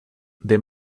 the